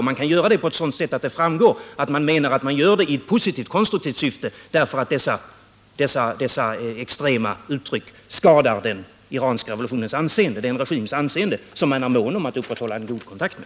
Och man kan göra det på sådant sätt att det framgår att man menar att man gör det i positivt, konstruktivt syfte därför att extrema uttryck skadar den regims anseende som man är mån om att upprätthålla en god kontakt med.